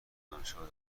دانشگاه